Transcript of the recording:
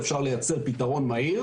אפשר לייצר פתרון מהיר